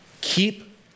keep